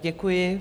Děkuji.